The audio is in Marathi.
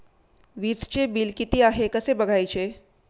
वीजचे बिल किती आहे कसे बघायचे?